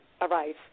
arise